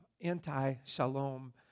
anti-shalom